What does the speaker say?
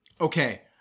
Okay